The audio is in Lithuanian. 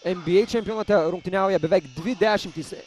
nba čempionate rungtyniauja beveik dvi dešimtys